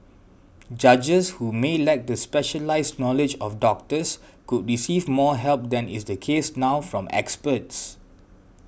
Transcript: judges who may lack the specialised knowledge of doctors could receive more help than is the case now from experts